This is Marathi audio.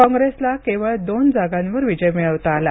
काँग्रेसला केवळ दोन जागांवर विजय मिळवता आला